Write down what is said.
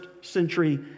century